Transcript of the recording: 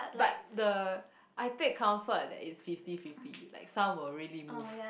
but the I take comfort that is fifty fifty like some will really move